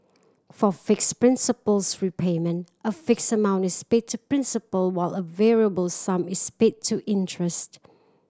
for fixed principals repayment a fixed amount is paid to principal while a variable sum is paid to interest